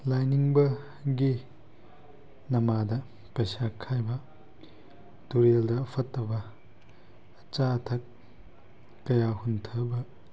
ꯂꯥꯏꯅꯤꯡꯕꯒꯤ ꯅꯃꯥꯗ ꯄꯩꯁꯥ ꯈꯥꯏꯕ ꯇꯨꯔꯦꯜꯗ ꯐꯠꯇꯕ ꯑꯆꯥ ꯑꯊꯛ ꯀꯌꯥ ꯍꯨꯟꯊꯕ